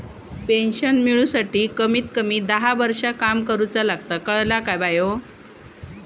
Pension मिळूसाठी कमीत कमी दहा वर्षां काम करुचा लागता, कळला काय बायो?